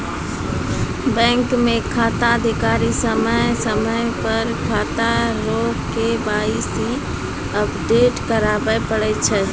bank मे खाताधारी समय समय पर खाता रो के.वाई.सी अपडेट कराबै पड़ै छै